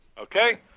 okay